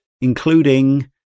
including